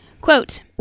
Quote